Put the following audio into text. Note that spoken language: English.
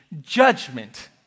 judgment